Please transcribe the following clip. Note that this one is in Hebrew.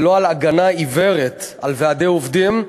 ולא כהגנה עיוורת על ועדי עובדים,